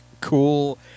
cool